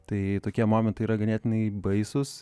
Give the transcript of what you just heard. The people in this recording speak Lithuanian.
tai tokie momentai yra ganėtinai baisūs